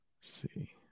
see